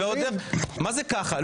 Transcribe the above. מה זה ככה?